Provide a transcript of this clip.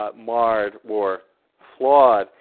um marred or flawed,